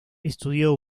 estudió